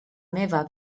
meva